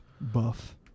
Buff